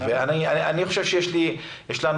יש לנו